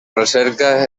recerca